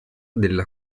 della